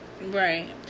right